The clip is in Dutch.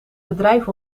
bedrijf